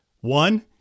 One